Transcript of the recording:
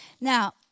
Now